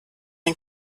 ein